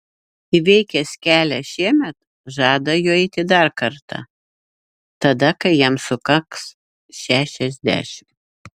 įveikęs kelią šiemet žada juo eiti dar kartą tada kai jam sukaks šešiasdešimt